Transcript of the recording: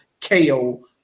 KO